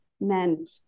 meant